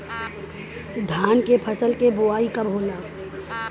धान के फ़सल के बोआई कब होला?